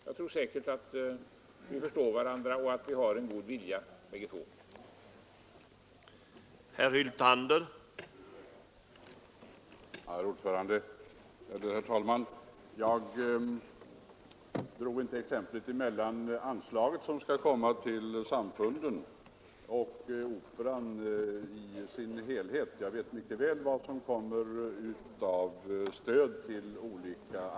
Jag tror säkert att herr Wärnberg och jag förstår varandra och att vi har god vilja bägge två.